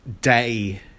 day